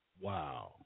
Wow